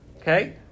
Okay